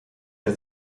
der